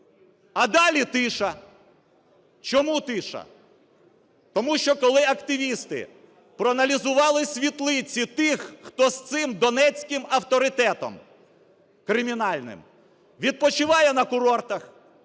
А далі – тиша. Чому тиша? Тому що, коли активісти проаналізували світлиці тих, хто з цим донецьким авторитетом кримінальним відпочиває на курортах,